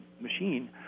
machine